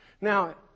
Now